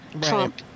Trump